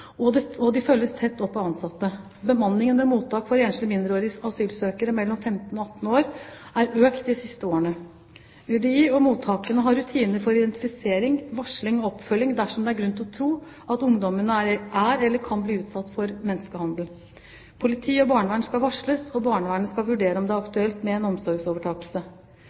og de følges tett opp av ansatte. Bemanningen ved mottak for enslige mindreårige asylsøkere mellom 15 og 18 år er økt de siste årene. UDI og mottakene har rutiner for identifisering, varsling og oppfølging dersom det er grunn til å tro at ungdommene er eller kan bli utsatt for menneskehandel. Politi og barnevern skal varsles, og barnevernet skal vurdere om det er aktuelt med en omsorgsovertakelse.